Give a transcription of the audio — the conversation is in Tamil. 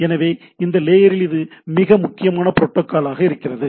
எனவே இந்த லேயரில் இது மிக முக்கியமான புரோட்டோக்காலாக் இருக்கிறது